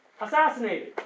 Assassinated